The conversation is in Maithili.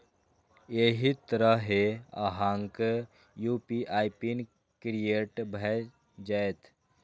एहि तरहें अहांक यू.पी.आई पिन क्रिएट भए जाएत